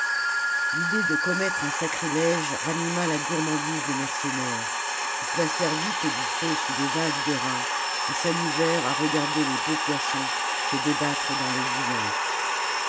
l'idée de commettre un sacrilège ranima la gourmandise des mercenaires ils placèrent vite du feu sous des vases d'airain et s'amusèrent à regarder les beaux poissons se débattre dans l'eau bouillante